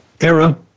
era